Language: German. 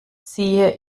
ziehe